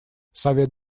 совет